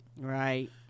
Right